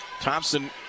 Thompson